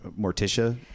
Morticia